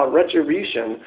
retribution